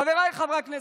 חבריי חברי הכנסת,